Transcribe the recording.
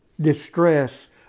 distress